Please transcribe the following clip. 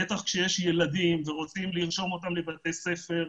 בטח כשיש ילדים ורוצים לרשום אותם לבתי ספר,